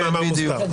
במאמר מוסגר.